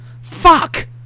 fuck